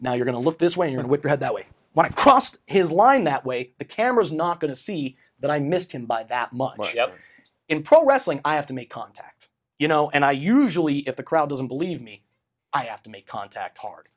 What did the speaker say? now you're going to look this way in which i had that way when i crossed his line that way the camera is not going to see that i missed him by that much in pro wrestling i have to make contact you know and i usually if the crowd doesn't believe me i have to make contact hard